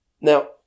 Now